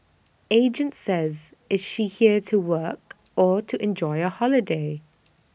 agent says is she here to work or to enjoy A holiday